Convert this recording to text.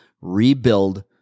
rebuild